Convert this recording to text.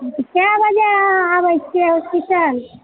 कय बजे अहाँ आबै छियै हॉस्पिटल